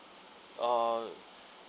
uh